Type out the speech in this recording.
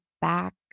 back